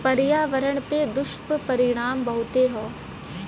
पर्यावरण पे दुष्परिणाम बहुते हौ